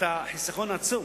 את החיסכון העצום.